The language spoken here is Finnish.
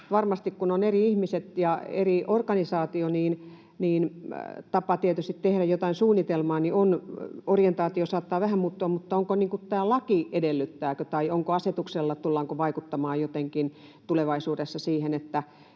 Varmasti kun on eri ihmiset ja eri organisaatio, niin tietysti tapa tehdä jotain suunnitelmaa, orientaatio saattaa vähän muuttua, mutta edellyttääkö tämä laki tai tullaanko asetuksella vaikuttamaan jotenkin tulevaisuudessa siihen, että